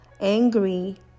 angry